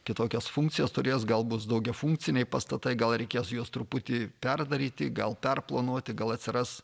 kitokias funkcijas turės gal bus daugiafunkciniai pastatai gal reikės juos truputį perdaryti gal perplanuoti gal atsiras